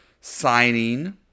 signing